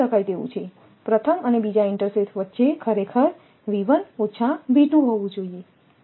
આ સમજી શકાય તેવું છે પ્રથમ અને બીજા ઇન્ટરસેથ વચ્ચે ખરેખરહોવું જોઈએ